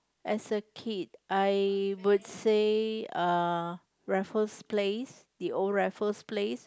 as a kid I would say uh Raffles Place the old Raffles Place